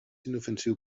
inofensiu